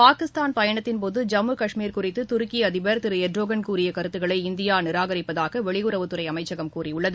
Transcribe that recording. பாகிஸ்தான் பயனத்தின் போது ஜம்மு கஷ்மீர் குறித்து துருக்கி அதிபர் திரு எர்டோகன் கூறிய கருத்துக்களை இந்தியா நிராகரிப்பதாக வெளியுறவுத் துறை அமைச்சகம் கூறியுள்ளது